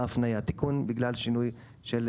מה שתי ההבהרות הנוספות בנושא הזה?